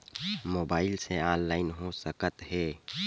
Mobile से online हो सकत हे?